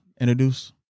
introduce